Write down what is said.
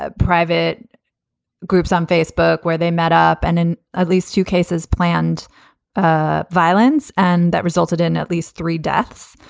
ah private groups on facebook where they met up and in at least two cases planned ah violence, and that resulted in at least three deaths.